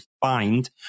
find